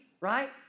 right